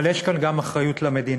אבל יש כאן גם אחריות למדינה,